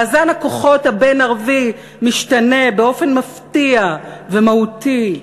מאזן הכוחות הבין-ערבי משתנה באופן מפתיע ומהותי.